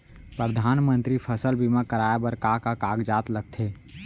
परधानमंतरी फसल बीमा कराये बर का का कागजात लगथे?